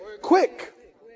quick